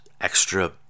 extra